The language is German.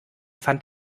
fand